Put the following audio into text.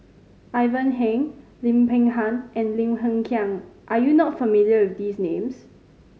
Ivan Heng Lim Peng Han and Lim Hng Kiang are you not familiar with these names